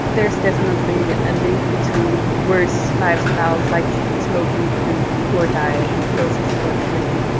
there's definitely a link between worse lifestyles like smoking and poor diet, low physical activity,